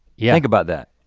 yeah. think about that.